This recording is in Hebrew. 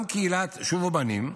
גם קהילת שובו בנים,